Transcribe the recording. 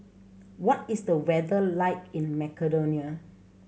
what is the weather like in Macedonia